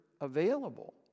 available